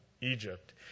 Egypt